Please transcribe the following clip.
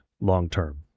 long-term